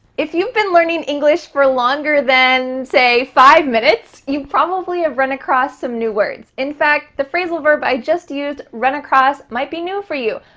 if you've been learning english for longer than, say, five minutes, you probably have run across some new words. in fact, the phrasal verb i just used, run across, might be new for you.